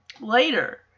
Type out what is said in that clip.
Later